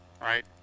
right